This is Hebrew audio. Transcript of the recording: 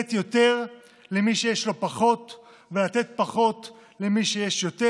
לתת יותר למי שיש לו פחות ולתת פחות למי שיש יותר.